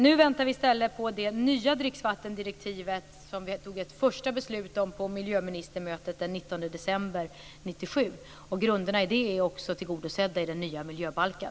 Nu väntar vi i stället på det nya dricksvattendirektivet, som vi tog ett första beslut om på miljöministermötet den 19 december 1997. Grunderna i det är också tillgodosedda i den nya miljöbalken.